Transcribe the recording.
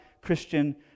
Christian